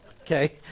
Okay